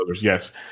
yes